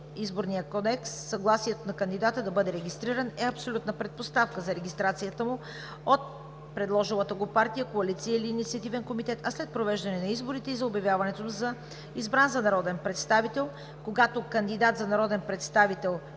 Изборния кодекс съгласието на кандидата да бъде регистриран е абсолютна предпоставка за регистрацията му от предложилата го партия, коалиция или инициативен комитет, а след произвеждане на изборите за обявяването му за избран за народен представител. Когато кандидатът за народен представител